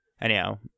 anyhow